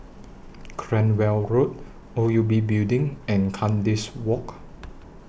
Cranwell Road O U B Building and Kandis Walk